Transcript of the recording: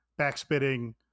backspitting